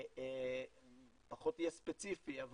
אני פחות אהיה ספציפי,